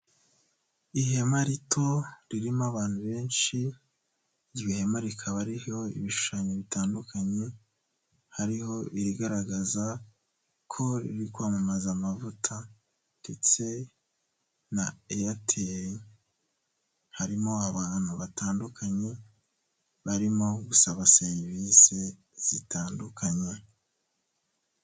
Ihema rito ririmo abantu benshi, iryo hema rikaba ririho ibishushanyo bitandukanye. Hariho irigaragaza ko riri kwamamaza amavuta ndetse na Airtel. Harimo abantu batandukanye barimo gusaba serivisi zitandukanye.